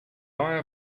eye